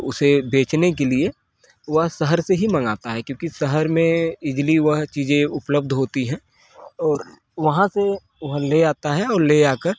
उसे बेचने के लिए वह शहर से ही मंगाता है क्योकि शहर में इजली वह चीजें उपलब्ध होती हैं और वहाँ से वह ले आता और ले आ कर